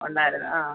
ഉണ്ടായിരുന്നു ആ